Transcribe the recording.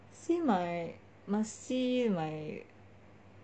see my must see my